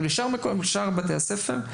ולשאר בתי הספר.